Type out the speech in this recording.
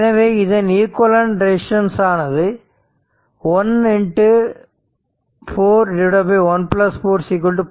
எனவே இதன் equivalent resistance ஆனது 1 4 1 4 0